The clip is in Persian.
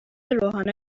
روحانا